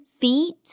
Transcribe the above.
feet